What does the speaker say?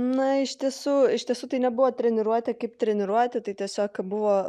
na iš tiesų iš tiesų tai nebuvo treniruotė kaip treniruotė tai tiesiog buvo